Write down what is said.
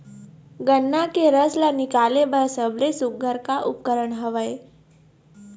गन्ना के रस ला निकाले बर सबले सुघ्घर का उपकरण हवए?